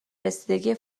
رسیدگی